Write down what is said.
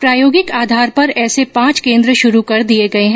प्रायोगिक आधार पर ऐसे पांच केन्द्र शुरू कर दिए गए है